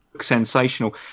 sensational